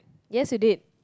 yes you did